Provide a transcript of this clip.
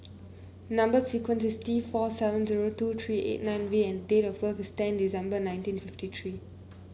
number sequence is T four seven zero two three eight nine V and date of birth is ten December nineteen fifty three